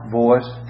voice